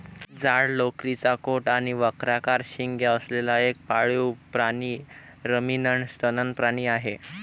जाड लोकरीचा कोट आणि वक्राकार शिंगे असलेला एक पाळीव प्राणी रमिनंट सस्तन प्राणी आहे